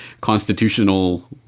constitutional